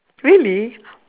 really